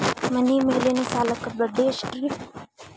ಮನಿ ಮೇಲಿನ ಸಾಲಕ್ಕ ಬಡ್ಡಿ ಎಷ್ಟ್ರಿ?